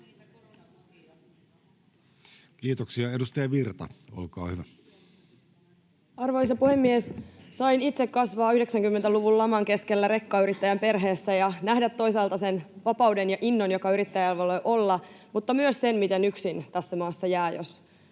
Harakka sd) Time: 16:17 Content: Arvoisa puhemies! Sain itse kasvaa 90-luvun laman keskellä rekkayrittäjän perheessä ja nähdä toisaalta sen vapauden ja innon, joka yrittäjällä voi olla, mutta myös sen, miten yksin tässä maassa jää, jos